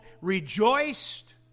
rejoiced